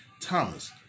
Thomas